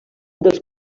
dels